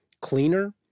cleaner